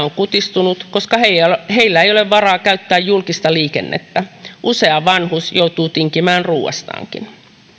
on kutistunut koska heillä ei ole varaa käyttää julkista liikennettä usea vanhus joutuu tinkimään ruuastaankin